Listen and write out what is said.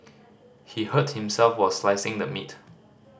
he hurt himself while slicing the meat